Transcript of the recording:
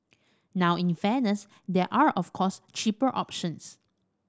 now in fairness there are of course cheaper options